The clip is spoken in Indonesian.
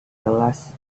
kelas